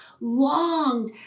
longed